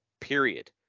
Period